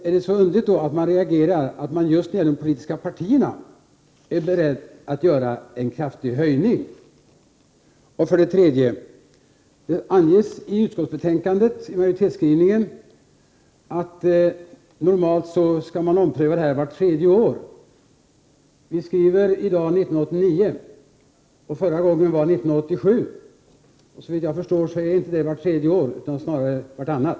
Är det då underligt att man reagerar mot att de politiska partierna är beredda att höja bidragen till sig själva? I majoritetsskrivningen anges att det är normalt att ompröva partistödet vart tredje år. Vi skriver i dag 1989. Förra gången var 1987 — såvitt jag förstår är det inte vart tredje år, utan snarare vartannat.